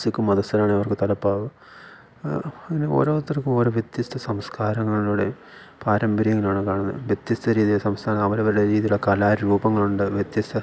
സിക്കു മതസ്ഥരാണെങ്കിൽ അവർക്ക് തലപ്പാവ് അങ്ങനെ ഓരോരുത്തർക്കും ഓരോ വ്യത്യസ്ഥ സംസ്കാരങ്ങളിലൂടെയും പാരമ്പര്യങ്ങളാണ് കാണുന്നത് വ്യത്യസ്ഥ രീതി സംസ്ഥാനം അവരവരുടെ രീതിയിൽ കലാരൂപങ്ങളുണ്ട് വ്യത്യസ്ഥ